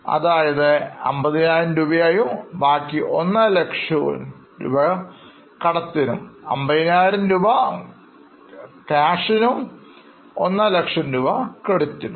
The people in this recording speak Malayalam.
അതായത് 50000 രൂപയായും ബാക്കി 150000 ക്രെഡിറ്റ് ആയും